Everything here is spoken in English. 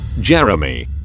Jeremy